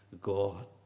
God